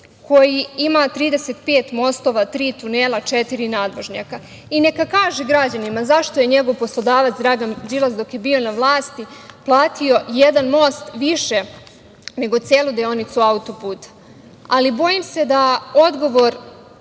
koji ima 35 mostova, tri tunela, četiri nadvožnjaka i neka kaže građanima zašto je njegov poslodavac Dragan Đilas, dok je bio na vlasti, platio jedan most više nego celu deonicu autoputa. Bojim se da odgovor